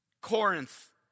Corinth